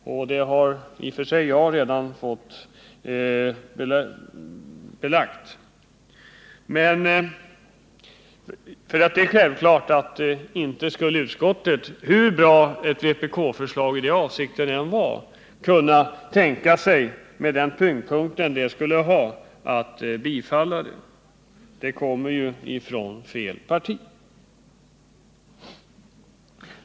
Detta har jag i och för sig redan fått belägg för. Det är självklart att utskottet inte — hur bra ett vpk-förslag i det avseendet än skulle vara — kunnat tänka sig att biträda ett sådant, med den tyngdpunkt det skulle ha. Det kommer ju från fel parti.